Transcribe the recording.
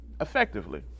effectively